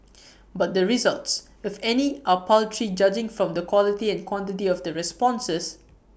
but the results if any are paltry judging from the quality and quantity of the responses